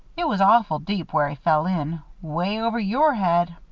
it was awful deep where he fell in way over your head.